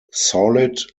solid